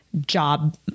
job